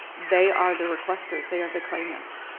they are the requesters, they are the claimants.